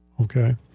okay